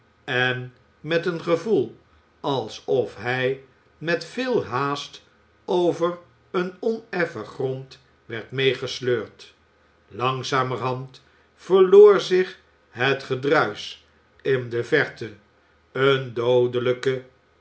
en met een gevoel alsof hij met veel haast over een oneffen grond werd meegesleurd langzamerhand verloor zich het gedruisch in de verte eene doodelijke